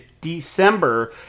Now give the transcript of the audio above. December